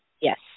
Yes